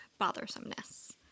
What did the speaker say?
bothersomeness